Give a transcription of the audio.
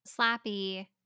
slappy